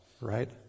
Right